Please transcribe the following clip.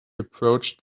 approached